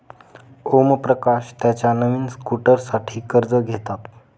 ओमप्रकाश त्याच्या नवीन स्कूटरसाठी कर्ज घेतात